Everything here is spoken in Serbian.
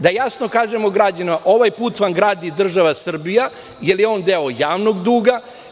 Da jasno kažemo građanima – ovaj put vam gradi država Srbija, jer je on deo javnog duga.